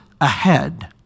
ahead